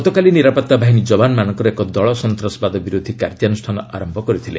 ଗତକାଲି ନିରାପତ୍ତା ବାହିନୀ ଯବାନମାନଙ୍କର ଏକ ଦଳ ସନ୍ତାସବାଦ ବିରୋଧୀ କାର୍ଯ୍ୟାନୁଷ୍ଠାନ ଆରମ୍ଭ କରିଥିଲେ